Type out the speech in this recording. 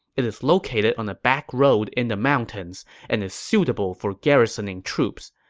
it is located on a backroad in the mountains and is suitable for garrisoning troops.